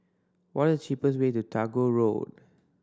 what the cheapest way to Tagore Road